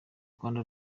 rwanda